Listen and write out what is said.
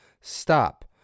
Stop